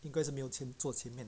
应该是没有钱坐前面